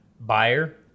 buyer